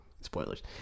Spoilers